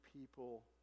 people